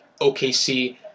OKC